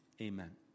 Amen